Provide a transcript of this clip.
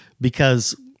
because-